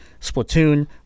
Splatoon